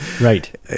right